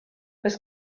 oes